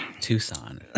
Tucson